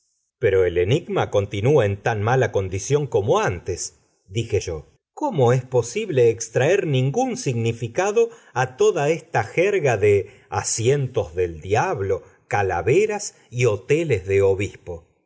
pero el enigma continúa en tan mala condición como antes dije yo cómo es posible extraer ningún significado a toda esta jerga de asientos del diablo calaveras y hoteles de obispos